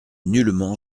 nullement